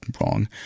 wrong